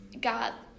got